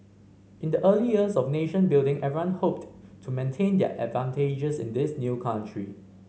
in the early years of nation building everyone hoped to maintain their advantages in this new country